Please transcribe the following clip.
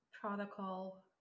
protocol